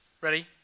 Ready